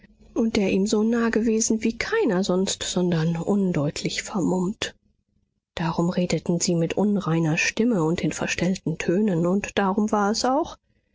und der ihm so nah gewesen wie keiner sonst sondern undeutlich vermummt darum redeten sie mit unreiner stimme und in verstellten tönen und darum war es auch